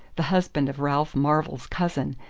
the husband of ralph marvell's cousin,